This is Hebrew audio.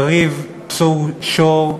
יריב צור שור,